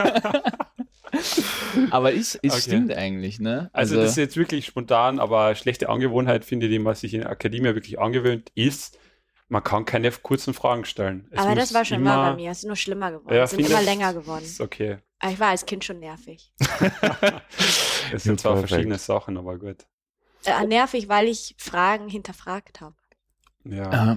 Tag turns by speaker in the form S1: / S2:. S1: Aber ist- es
S2: Okay.
S1: stimmt eigentlich, ne?
S2: Also, das
S1: Also-
S2: ist jetzt wirklich spontan, aber schlechte Angewohnheit, finde ich, die man sich in der Akademie wirklich angewöhnt, ist, man kann keine kurzen Fragen stellen. Es
S3: Aber das
S2: muss
S3: war schon mal bei
S2: immer-
S3: mir. Es ist nur schlimmer geworden.
S2: Ja,
S3: Es sind
S2: finde
S3: immer
S2: ich sch-
S3: länger geworden.
S2: ist okay.
S3: Aber ich war als Kind schon nervig.
S2: Es
S1: Ja,
S2: sind zwar
S1: perfekt.
S2: verschiedene Sachen, aber gut.
S3: Äh, nervig, weil ich Fragen hinterfragt habe.
S2: Ja.
S1: Ah.